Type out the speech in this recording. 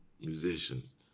musicians